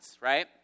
right